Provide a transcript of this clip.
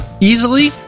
easily